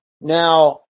Now